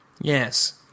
Yes